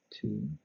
Two